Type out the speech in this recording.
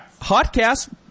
HotCast